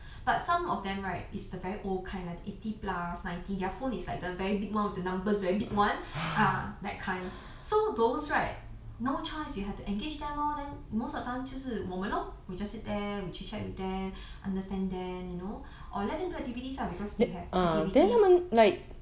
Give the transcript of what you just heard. ya but some of them right is the very old kind like the eighty plus ninety their phone is like the very big [one] with the numbers very big [one] ah that kind so those right no choice you have to engage them lor then most of time 就是我们 lor we just sit there we chit-chat with them understand them you know or let them do activities lah because they have activities